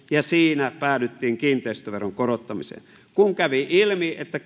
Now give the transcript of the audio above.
ja siinä päädyttiin kiinteistöveron korottamiseen kun kävi ilmi että